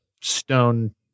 stone